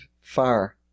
far